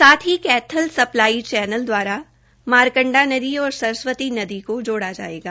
साथ ही Kaithal supply channel द्वारा मारकंडा नदी और सरस्वती नदी को जोड़ा जायेगा